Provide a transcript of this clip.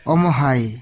Omohai